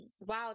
Wow